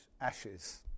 ashes